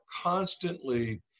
constantly